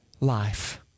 life